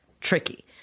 Tricky